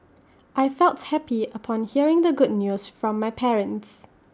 I felt happy upon hearing the good news from my parents